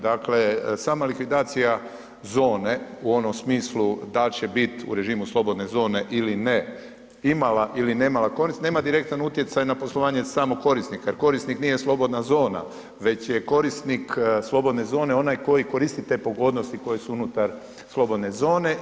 Dakle, sama likvidacija zone u onom smislu dal će bit u režimu slobodne zone ili ne, imala ili nemala korist, nema direktan utjecaj na poslovanje samog korisnika jer korisnik nije slobodna zona već je korisnik slobodne zone onaj koji koristi te pogodnosti koje su unutar slobodne zone.